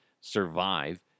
survive